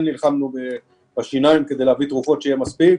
נלחמנו בשיניים כדי להביא תרופות שיהיה מספיק.